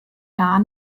gar